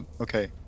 Okay